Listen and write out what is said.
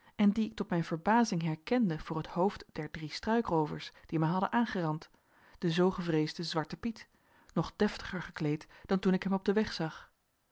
en dien ik tot mijn verbazing herkende voor het hoofd der drie struikroovers die mij hadden aangerand den zoo gevreesden zwarten piet nog deftiger gekleed dan toen ik hem op den weg zag